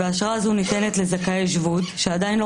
האשרה הזו ניתנת לזכאי שבות שעדיין לא